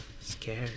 scared